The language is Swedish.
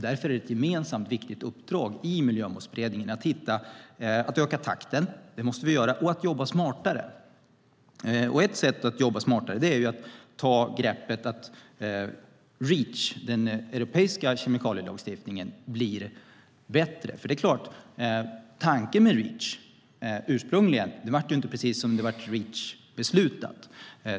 Därför är det ett gemensamt viktigt uppdrag i Miljömålsberedningen att öka takten och att jobba smartare. Ett sätt att jobba smartare är att ta greppet att göra Reach, den europeiska kemikalielagstiftningen, bättre. Det blev inte på det sättet som var den ursprungliga tanken med Reach.